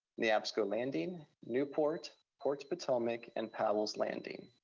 neabsco landing, newport, port potomac, and powell's landing.